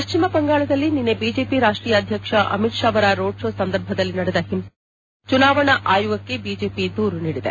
ಪಶ್ಚಿಮ ಬಂಗಾಳದಲ್ಲಿ ನಿನ್ನೆ ಬಿಜೆಪಿ ರಾಷ್ವೀಯ ಅಧ್ಯಕ್ಷ ಅಮಿತ್ ಷಾ ಅವರ ರೋಡ್ ಶೋ ಸಂದರ್ಭದಲ್ಲಿ ನಡೆದ ಹಿಂಸಾಚಾರ ಕುರಿತಂತೆ ಚುನಾವಣಾ ಆಯೋಗಕ್ಕೆ ಬಿಜೆಪಿ ದೂರು ನೀಡಿದೆ